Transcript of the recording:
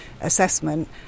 assessment